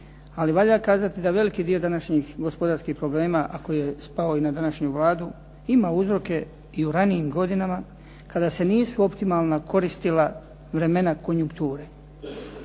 ali valja kazati da veliki dio današnjih gospodarskih problema ako je spao i na današnju Vladu ima uzroke i u ranijim godinama kada se nisu optimalno koristila vremena konjukture.